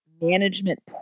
management